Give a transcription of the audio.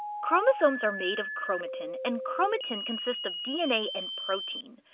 chromosomes are made of chromatin and chromatin consists of dna and protein.